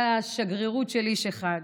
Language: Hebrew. היה שגרירות של איש אחד.